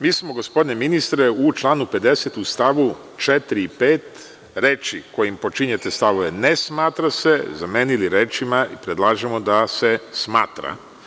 Mi smo, gospodine ministre, u članu 50. u stavu 4. i 5. reči kojim počinjete stavove: „ne smatra se“ zamenili rečima i predlažemo da se smatra.